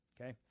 Okay